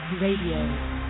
Radio